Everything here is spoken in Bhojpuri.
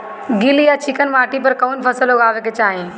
गील या चिकन माटी पर कउन फसल लगावे के चाही?